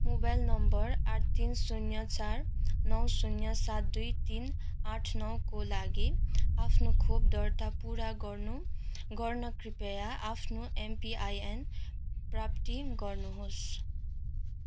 mobile number आठ तिन शून्य चार नौ शून्य सात दुई तिन आठ नौ को लागि आफ्नो खोप दर्ता पुरा गर्नु गर्न कृपया आफ्नो एमपिआइएन प्राप्ति गर्नुहोस्